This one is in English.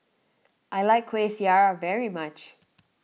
I like Kueh Syara very much